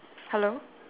hello